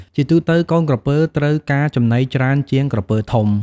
ជាទូទៅ កូនក្រពើត្រូវការចំណីច្រើនជាងក្រពើធំ។